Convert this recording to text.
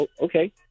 okay